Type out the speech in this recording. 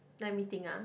let me think ah